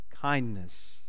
kindness